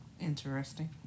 Interesting